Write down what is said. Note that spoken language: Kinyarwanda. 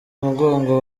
umugongo